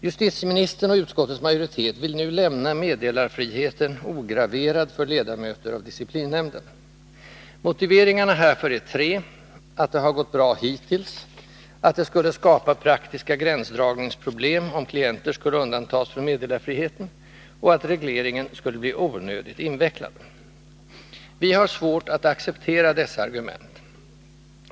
Justitieministern och utskottets majoritet vill nu lämna meddelarfriheten ograverad för ledamöter av disciplinnämnden. Motiveringarna härför är tre: att det har gått bra hittills, att det skulle skapa praktiska gränsdragningsproblem om klienter skulle undantas från meddelarfriheten och att regleringen skulle bli onödigt invecklad. Vi har svårt att acceptera dessa argument.